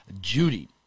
Judy